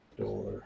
door